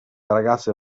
ragazze